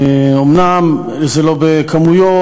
אומנם זה לא בכמויות,